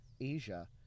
Asia